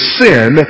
sin